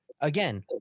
again